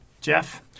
Jeff